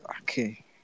Okay